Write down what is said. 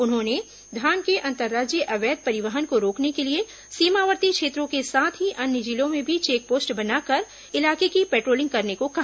उन्होंने धान के अंतर्राज्यीय अवैध परिवहन को रोकने के लिए सीमावर्ती क्षेत्रों के साथ ही अन्य जिलों में भी चेक पोस्ट बनाकर इलाके की पेट्रोलिंग करने को कहा